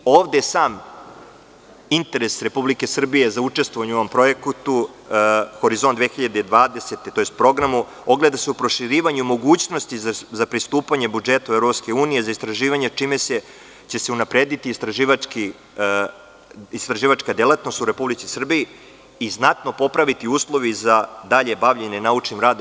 Ovde sam interes Republike Srbije za učestvovanje u ovom programu Horizont 2020. ogleda se u proširivanju mogućnosti za pristupanje budžetu EU za istraživanje, čime će se unaprediti istraživačka delatnost u Republici Srbiji i znatno popraviti uslovi za dalje bavljenje naučnim radom.